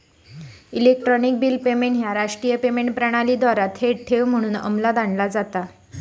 electronic bill payment ह्या राष्ट्रीय payment प्रणालीद्वारा थेट ठेव म्हणून अंमलात आणला जाता